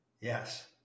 yes